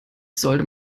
sollte